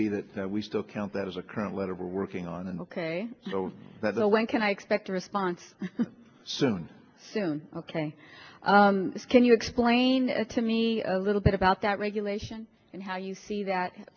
be that so we still count that as a current letter we're working on and ok so that when can i expect a response soon soon ok can you explain to me a little bit about that regulation and how you see that